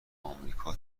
آمریکا